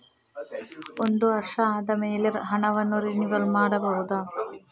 ಒಂದು ವರ್ಷ ಆದಮೇಲೆ ಹಣವನ್ನು ರಿನಿವಲ್ ಮಾಡಬಹುದ?